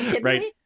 Right